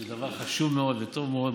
זה דבר חשוב מאוד וטוב מאוד.